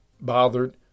bothered